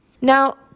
Now